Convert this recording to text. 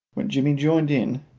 when jimmy joined in,